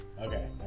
Okay